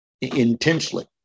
intensely